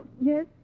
yes